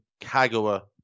Kagawa